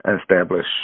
establish